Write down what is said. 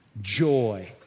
joy